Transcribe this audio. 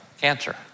cancer